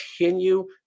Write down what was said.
continue